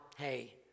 hey